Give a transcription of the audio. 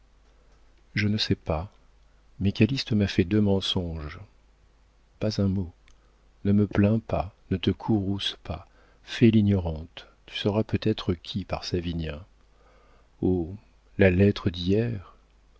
je ne sais pas mais calyste m'a fait deux mensonges pas un mot ne me plains pas ne te courrouce pas fais l'ignorante tu sauras peut-être qui par savinien oh la lettre d'hier